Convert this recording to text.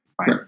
Right